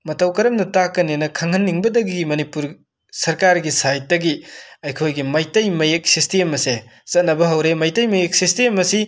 ꯃꯇꯧ ꯀꯔꯝꯅ ꯇꯥꯛꯀꯅꯤꯅ ꯈꯪꯍꯟꯅꯤꯡꯕꯗꯒꯤ ꯃꯅꯤꯄꯨꯔ ꯁꯔꯀꯥꯔꯒꯤ ꯁꯥꯏꯠꯇꯒꯤ ꯑꯩꯈꯣꯏꯒꯤ ꯃꯩꯇꯩ ꯃꯌꯦꯛ ꯁꯤꯁꯇꯦꯝ ꯑꯁꯦ ꯆꯠꯅꯕ ꯍꯧꯔꯦ ꯃꯩꯇꯩ ꯃꯌꯦꯛ ꯁꯤꯁꯇꯦꯝ ꯑꯁꯤ